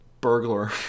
Burglar